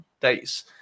dates